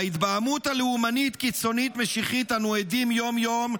להתבהמות הלאומנית-קיצונית-משיחית אנו עדים יום-יום,